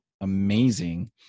amazing